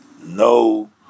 no